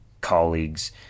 colleagues